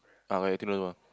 ah eighteen dollars more